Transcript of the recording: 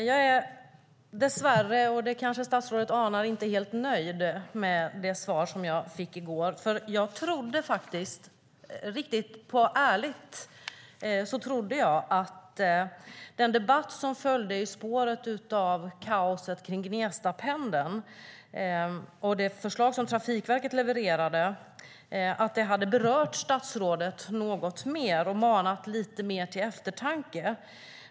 Jag är dess värre - det kanske statsrådet anar - inte helt nöjd med det svar som jag fick i går, för jag trodde faktiskt, helt ärligt, att den debatt som följde i spåren av kaoset kring Gnestapendeln och det förslag som Trafikverket levererade hade berört statsrådet något mer och manat lite mer till eftertanke.